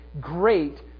great